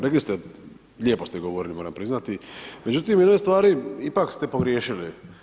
Rekli ste lijepo ste govorili moram priznati, međutim u jednoj stvari ipak ste pogriješili.